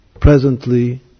presently